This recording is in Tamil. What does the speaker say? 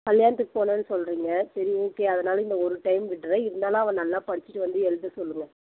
கல்யாணத்துக்கு போகணுன்னு சொல்லுறீங்க சரி ஓகே அதனால இந்த ஒரு டைம் விட்டுறேன் இருந்தாலும் அவன் நல்லா படிச்சிவிட்டு வந்து எழுத சொல்லுங்கள்